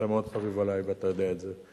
שאתה מאוד חביב עלי ואתה יודע את זה,